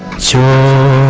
so